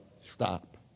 stop